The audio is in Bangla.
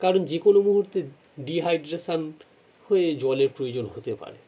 কারণ যে কোনো মুহুর্তে ডিহাইড্রেশান হয়ে জলের প্রয়োজন হতে পারে